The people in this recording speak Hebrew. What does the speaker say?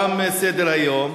תודה רבה.